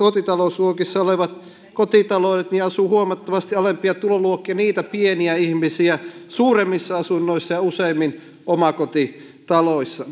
tuloluokissa olevat kotitaloudet asuvat huomattavasti alempia tuloluokkia niitä pieniä ihmisiä suuremmissa asunnoissa ja useammin omakotitaloissa